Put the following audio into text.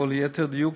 או ליתר דיוק,